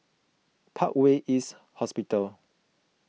Parkway East Hospital